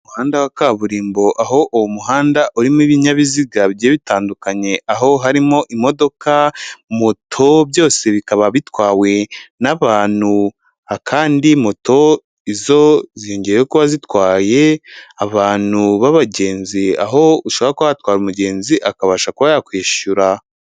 Umuhanda wa kaburimbo aho uwo muhanda urimo ibinyabiziga bigiye bitandukanye, aho harimo imodoka moto, byose bikaba bitwawe n'abantu, kandi moto zo ziyongeyeho kuba zitwaye abantu b'abagenzi, aho ushobora kuba watwara umugenzi akabasha kuba yakwishyura.